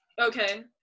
Okay